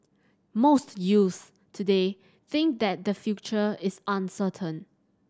most youths today think that the future is uncertain